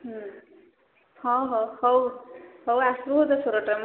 ହୁଁ ହଁ ହ ହଉ ହଉ ଆସିବୁ ସୁରଟରେ